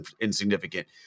insignificant